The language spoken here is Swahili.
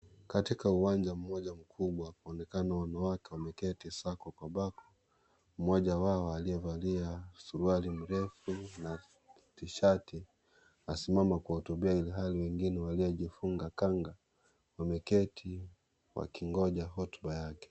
Katika uwanja mmoja mkubwa kunaonekana wanawake wameketi sako kwa bako. Mmoja wao aliyevalia suruali mrefu na tishati asimama kuwatungia ilhali wengine wamejifunga kanga wameketi wakingoja hutuba yake.